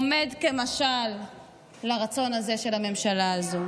עומד כמשל לרצון הזה של הממשלה הזאת.